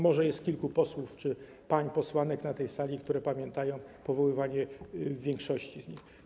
Może jest kilku posłów i kilka posłanek na tej sali, które pamiętają powoływanie większości z nich.